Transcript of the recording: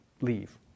leave